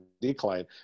decline